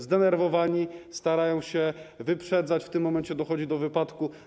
Zdenerwowani kierowcy starają się wyprzedzać i w tym momencie dochodzi do wypadku.